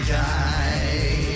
die